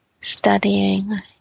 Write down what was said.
studying